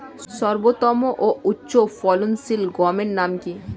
সর্বোত্তম ও উচ্চ ফলনশীল গমের নাম কি?